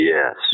Yes